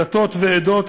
דתות ועדות,